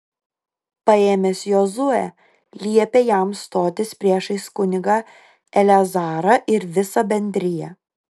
paėmęs jozuę liepė jam stotis priešais kunigą eleazarą ir visą bendriją